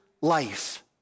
life